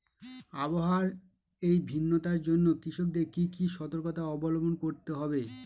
আবহাওয়ার এই ভিন্নতার জন্য কৃষকদের কি কি সর্তকতা অবলম্বন করতে হবে?